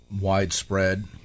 widespread